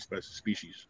species